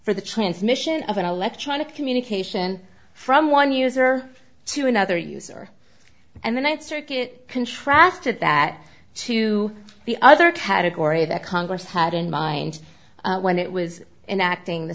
for the transmission of an electronic communication from one user to another user and the ninth circuit contrasted that to the other category that congress had in mind when it was in acting the